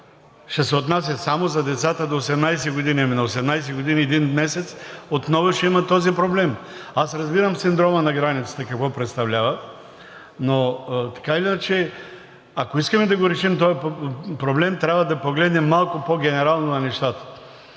ще се отнася само за децата до 18 години, ами на 18 години и един месец отново ще имат този проблем. Аз разбирам синдромът на границите какво представлява, но така или иначе, ако искаме да го решим този проблем, трябва да погледнем малко по-генерално на нещата.